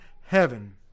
heaven